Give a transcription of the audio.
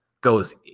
goes